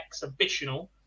exhibitional